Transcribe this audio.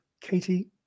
Katie